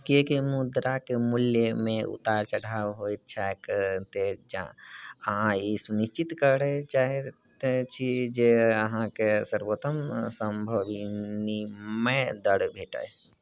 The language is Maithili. किआकि मुद्राक मूल्यमे उतार चढ़ाव होइत छैक तेँ अहाँ ई सुनिश्चित करय चाहैत छी जे अहाँके सर्वोत्तम सम्भव विनिमय दर भेटय